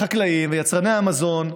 החקלאים ויצרני המזון,